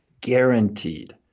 guaranteed